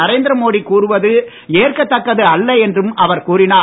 நரேந்திர மோடி கூறுவது ஏற்கதக்கது அல்ல என்றும் அவர் கூறினார்